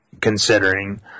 considering